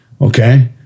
Okay